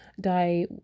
die